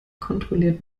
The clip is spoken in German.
kontrolliert